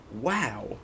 Wow